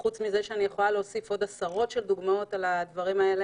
אני יכולה להוסיף עוד עשרות דוגמאות כאלו,